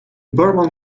barman